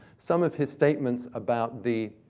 some of his statements about the,